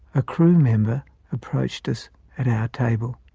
a crewmember approached us at our table.